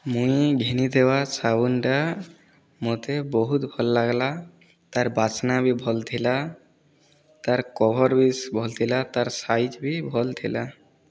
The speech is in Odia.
ମୁଇଁ ଘିନିଥିବା ସାବୁନଟା ମୋତେ ବହୁତ ଭଲ୍ ଲାଗ୍ଲା ତାର୍ ବାସ୍ନା ବି ଭଲ୍ ଥିଲା ତାର୍ କଭର୍ ବି ଭଲ୍ ଥିଲା ତାର୍ ସାଇଜ ବି ଭଲ୍ ଥିଲା